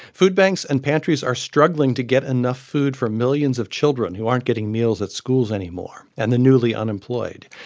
food banks and pantries are struggling to get enough food for millions of children who aren't getting meals at schools anymore and the newly unemployed.